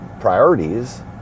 priorities